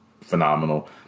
phenomenal